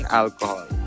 alcohol